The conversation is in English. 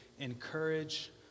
Encourage